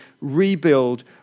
rebuild